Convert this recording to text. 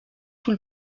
tout